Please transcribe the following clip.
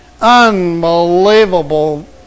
unbelievable